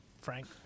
Frank